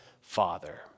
Father